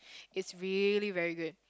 it's really very good